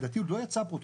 עוד לא יצא הפרוטוקול,